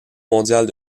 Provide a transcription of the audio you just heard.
mondiale